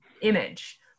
image